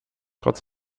trotz